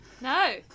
no